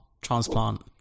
transplant